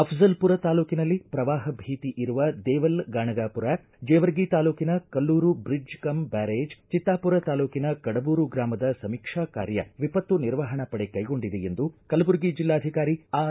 ಅಫಜಲಪುರ ತಾಲೂಕಿನಲ್ಲಿ ಪ್ರವಾಹ ಭೀತಿ ಇರುವ ದೇವಲ ಗಾಣಗಾಪುರ ಜೇವರ್ಗಿ ತಾಲೂಕಿನ ಕಲ್ಲೂರು ಬ್ರಿಡ್ಜ್ ಕಮ್ ಬ್ಕಾರೇಜ್ ಚಿತ್ತಾಮರ ತಾಲೂಕಿನ ಕಡಬೂರು ಗ್ರಾಮದ ಸಮೀಕ್ಷಾ ಕಾರ್ಯ ವಿಪತ್ತು ನಿರ್ವಹಣಾ ಪಡೆ ಕೈಗೊಂಡಿದೆ ಎಂದು ಕಲಬುರಗಿ ಜಿಲ್ಲಾಧಿಕಾರಿ ಆರ್